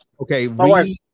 Okay